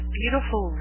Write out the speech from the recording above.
beautiful